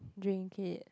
drink it